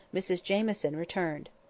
mrs jamieson, returned.